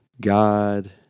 God